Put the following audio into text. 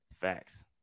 Facts